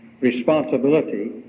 responsibility